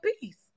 peace